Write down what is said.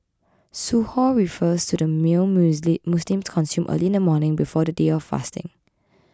Suhoor refers to the meal Musli Muslims consume early in the morning before the day of fasting